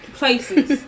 places